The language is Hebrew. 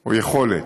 או יכולת: